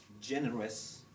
generous